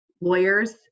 lawyers